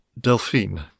Delphine